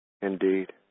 Indeed